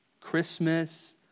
Christmas